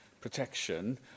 protection